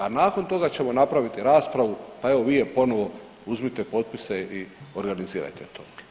A nakon toga ćemo napraviti raspravu, pa evo vi je ponovo uzmite potpise i organizirajte to.